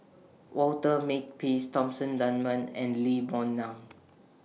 Walter Makepeace Thomsen Dunman and Lee Boon Ngan